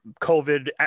COVID